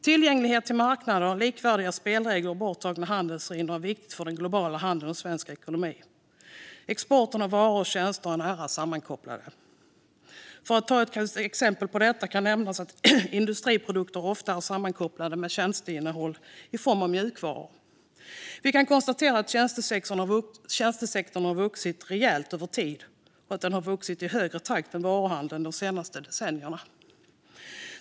Tillgänglighet till marknader, likvärdiga spelregler och borttagande av handelshinder är viktigt för den globala handeln och svensk ekonomi. Export av varor respektive tjänster är nära sammankopplat. För att ta ett exempel kan nämnas att industriprodukter ofta är sammankopplade med tjänsteinnehåll i form av mjukvaror. Vi kan konstatera att tjänstesektorn har vuxit rejält över tid och gjort detta i högre takt än varuhandeln de senaste decennierna.